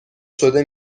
شده